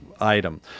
item